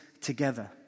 together